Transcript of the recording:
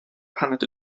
paned